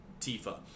Tifa